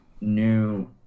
new